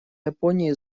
японии